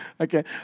Okay